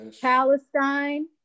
Palestine